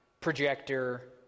projector